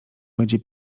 będzie